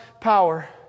power